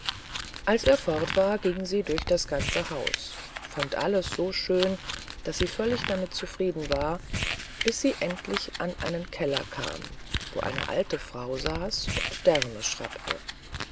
als er fort war ging sie durch das ganze haus und fand alles so schön daß sie völlig damit zufrieden war bis sie endlich an einen keller kam wo eine alte frau saß und därme schrappte